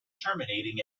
terminating